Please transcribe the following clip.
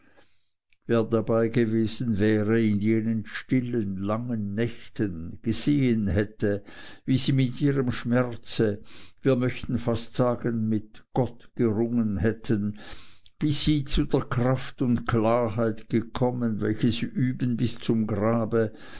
wer dabeigewesen wäre in jenen stillen langen nächten gesehen hätte wie sie mit ihrem schmerze wir möchten fast sagen mit gott gerungen hätten bis sie zu der kraft und klarheit gekommen welche sie üben bis zum grabe